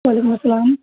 وعلیکم السلام